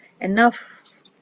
enough